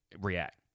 react